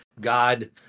God